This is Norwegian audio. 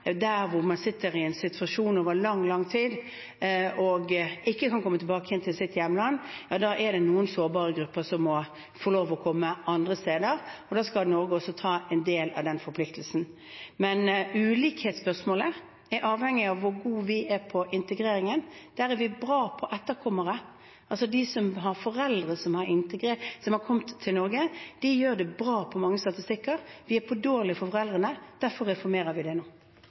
der man sitter i en situasjon over lang, lang tid og ikke kan komme tilbake igjen til sitt hjemland. Da er det noen sårbare grupper som må få lov å komme andre steder, og da skal Norge også ta en del av den forpliktelsen. Men ulikhetsspørsmålet er avhengig av hvor gode vi er på integreringen. Der er vi bra når det gjelder etterkommere. De som har foreldre som har kommet til Norge, gjør det bra på mange statistikker. Vi er for dårlige når det gjelder foreldrene, derfor reformerer vi det nå.